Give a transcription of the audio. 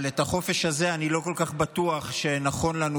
אבל את החופש הזה אני לא כל כך בטוח שנכון לנו,